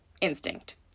instinct